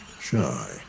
shy